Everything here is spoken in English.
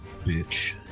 Bitch